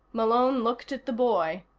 malone looked at the boy,